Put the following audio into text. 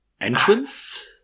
Entrance